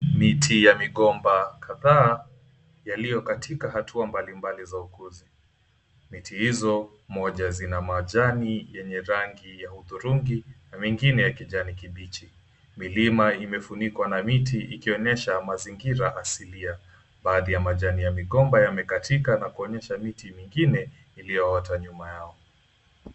Miti ya migomba kadhaa, yalio katika hatua mbalimbali za ukuzi. Miti hizo moja zina majani yenye rangi ya hudhurungi, na mengine ya kijani kibichi. Milima imefunikwa na miti, ikionyesha mazingira asilia. Baadhi ya majani ya migomba yamekatika, na kuonyesha miti mingine iliyoota nyuma yao.